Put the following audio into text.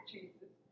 Jesus